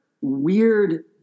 weird